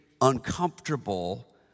uncomfortable